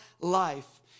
life